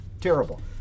terrible